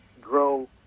grow